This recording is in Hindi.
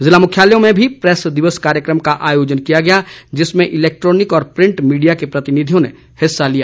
जिला मुख्यालयों में भी प्रैस दिवस कार्यक्रम का आयोजन किया गया जिसमें इलेक्ट्रानिक व प्रींट मीडिया के प्रतिनिधियों ने भाग लिया